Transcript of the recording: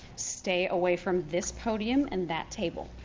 stay away from this podium and that table.